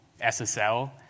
SSL